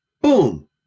boom